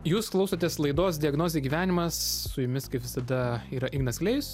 jūs klausotės laidos diagnozė gyvenimas su jumis kaip visada yra ignas klėjus